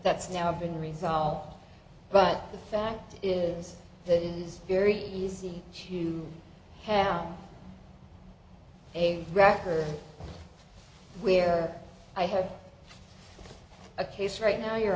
that's now been resolved but the fact is that it is very easy to have a record where i have a case right now you